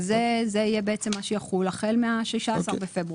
זה יהיה מה שיחול החל מה-16 בפברואר.